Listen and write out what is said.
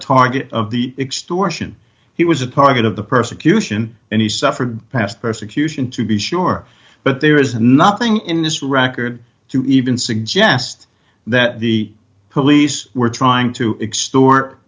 target of the extortion he was a part of the persecution and he suffered past persecution to be sure but there is nothing in this record to even suggest that the police were trying to extort